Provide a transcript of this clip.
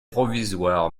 provisoire